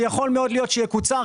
שיכול מאוד להיות שיקוצר,